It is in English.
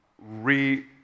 re